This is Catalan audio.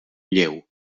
lleu